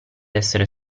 essere